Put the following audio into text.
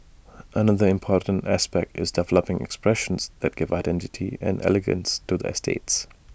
another important aspect is developing expressions that give identity and elegance to the estates